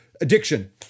addiction